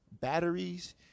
batteries